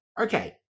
Okay